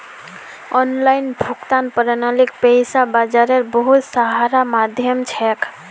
online भुगतान प्रणालीक पैसा बाजारेर बहुत सारा माध्यम छेक